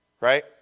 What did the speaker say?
Right